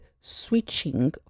switching